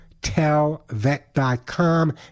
tellvet.com